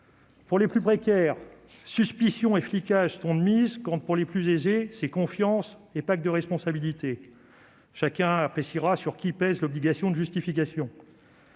pour les plus précaires, suspicion et flicage sont de mise, pour les plus aisés, confiance et pacte de responsabilité le sont. Chacun appréciera sur qui pèse l'obligation de justification